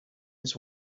his